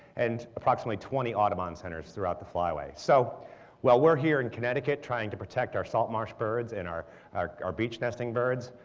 and approximately twenty audubon centers throughout the flyway. so while we're here in connecticut trying to protect our saltmarsh birds and our our beach nesting birds,